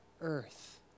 earth